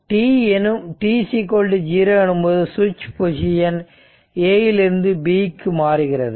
t0 எனும்போது சுவிட்ச் position A இல் இருந்து B க்கு மாறுகிறது